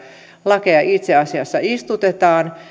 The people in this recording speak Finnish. lakeja itse asiassa istutamme